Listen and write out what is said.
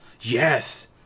Yes